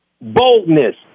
boldness